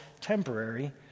temporary